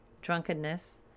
drunkenness